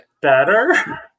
better